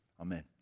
Amen